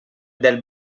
del